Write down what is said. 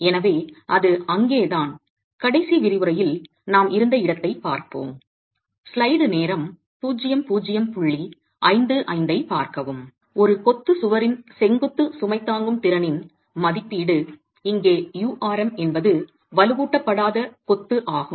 எனவே அது அங்கேதான் கடைசி விரிவுரையில் நாம் இருந்த இடத்தை பார்ப்போம் ஒரு கொத்து சுவரின் செங்குத்து சுமை தாங்கும் திறனின் மதிப்பீடு இங்கே URM என்பது வலுவூட்டபடாத கொத்து ஆகும்